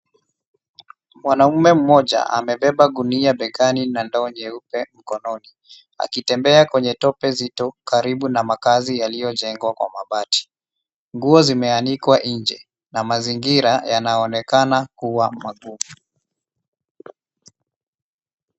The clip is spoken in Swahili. Mwanaume mmoja amebeba gunia begani na ndoa nyeupe mkononi, akitembea kwenye tope zito karibu na makazi yaliyojengwa kwa mabati. Nguo zimeanikwa nje na mazingira yanaonekana kuwa mazuri.